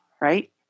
right